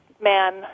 man